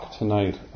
tonight